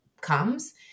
comes